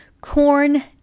corn